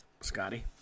Scotty